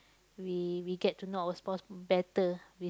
we we get to know our spouse better we